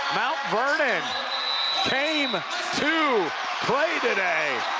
mount vernon came to play today!